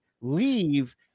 leave